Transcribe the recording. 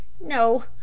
no